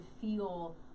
feel